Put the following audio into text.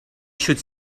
should